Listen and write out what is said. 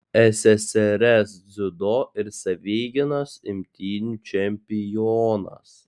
ssrs dziudo ir savigynos imtynių čempionas